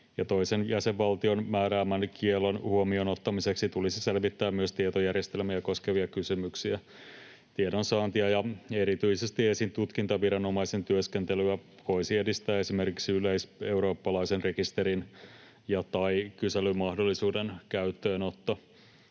toisen jäsenvaltion määräämän kiellon huomioon ottamiseksi tulisi selvittää myös tietojärjestelmiä koskevia kysymyksiä. Tiedonsaantia ja erityisesti esitutkintaviranomaisen työskentelyä voisi edistää esimerkiksi yleiseurooppalaisen rekisterin ja/tai kyselymahdollisuuden käyttöönotto.